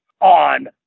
on